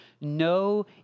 no